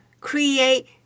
create